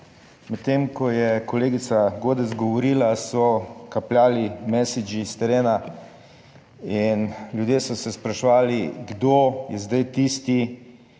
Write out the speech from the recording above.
Medtem ko je kolegica Godec govorila, so kapljali messagei s terena in ljudje so se spraševali, kdo je zdaj tisti,